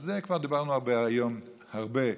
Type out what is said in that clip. על זה כבר דיברנו היום הרבה,